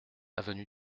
avenue